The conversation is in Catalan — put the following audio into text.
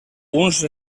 uns